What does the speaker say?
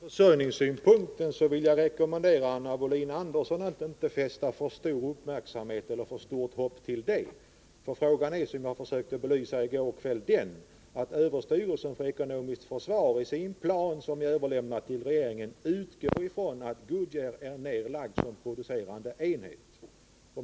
Herr talman! När det gäller försörjningssynpunkten vill jag rekommendera Anna Wohlin-Andersson att inte fästa för stort hopp vid utredningarna. Vad frågan gäller är att överstyrelsen för ekonomiskt försvar i sin till regeringen överlämnade plan utgår från att Goodyearfabriken är nedlagd som producerande enhet.